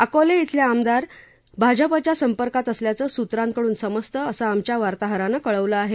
अकोले खिले आमदार भाजपच्या संपर्कात असल्याचं सूत्रांकडून समजतं असं आमच्या वार्ताहरानं कळवलं आहे